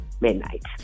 midnight